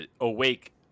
awake